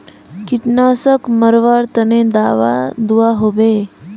कीटनाशक मरवार तने दाबा दुआहोबे?